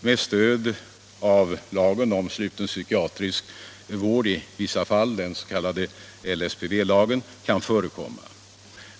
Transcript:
med stöd av lagen om sluten psykiatrisk vård i vissa fall, den s.k. LSPV-lagen, kan förekomma.